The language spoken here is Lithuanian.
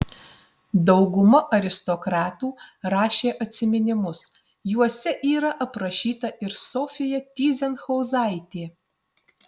dauguma aristokratų rašė atsiminimus juose yra aprašyta ir sofija tyzenhauzaitė